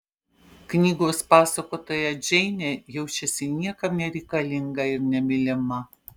knygos pasakotoja džeinė jaučiasi niekam nereikalinga ir nemylima